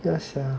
ya sia